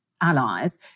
allies